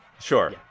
Sure